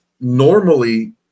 normally